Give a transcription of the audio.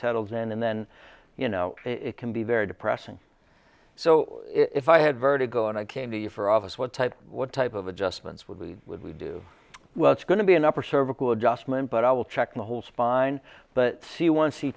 settles in and then you know it can be very depressing so if i had vertigo and i came to you for office what type what type of adjustments would be with you do well it's going to be an upper cervical adjustment but i will check the whole spine but see one